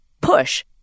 Push